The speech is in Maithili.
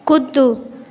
कूदू